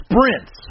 sprints